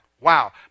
Wow